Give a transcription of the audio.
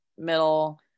middle